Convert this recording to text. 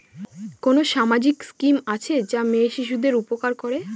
কোন সামাজিক স্কিম আছে যা মেয়ে শিশুদের উপকার করে?